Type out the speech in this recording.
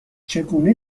چگونه